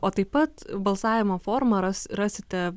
o taip pat balsavimo formą ras rasite